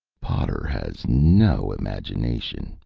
potter has no imagination,